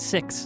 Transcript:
Six